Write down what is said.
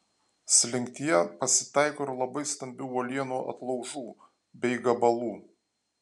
slinktyje pasitaiko ir labai stambių uolienų atlaužų bei gabalų